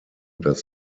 das